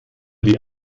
die